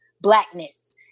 blackness